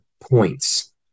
points